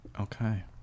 Okay